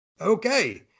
Okay